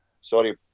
Sorry